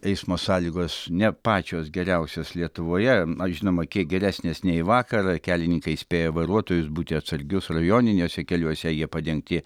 eismo sąlygos ne pačios geriausios lietuvoje žinoma kiek geresnės nei vakar kelininkai įspėja vairuotojus būti atsargius rajoniniuose keliuose jie padengti